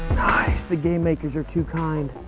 nice. the game makers are too kind.